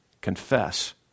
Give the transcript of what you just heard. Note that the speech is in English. Confess